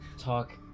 talk